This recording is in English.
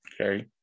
Okay